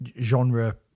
genre